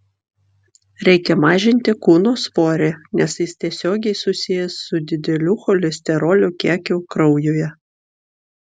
reikia mažinti kūno svorį nes jis tiesiogiai susijęs su dideliu cholesterolio kiekiu kraujuje